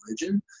religion